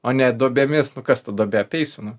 o ne duobėmis nu kas ta duobė apeisiu nu